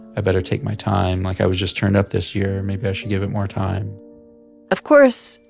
i better take my time. like, i was just turned up this year, maybe i should give it more time of course,